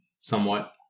somewhat